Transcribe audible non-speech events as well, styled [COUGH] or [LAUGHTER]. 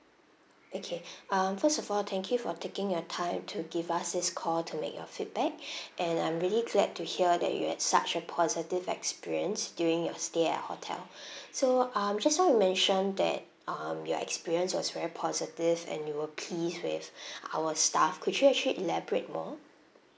okay um first of all thank you for taking your time to give us this call to make your feedback [BREATH] and I'm really glad to hear that you had such a positive experience during your stay at our hotel [BREATH] so um just now you mention that um your experience was very positive and you were please with our staff could you actually elaborate more